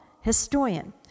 historian